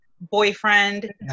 boyfriend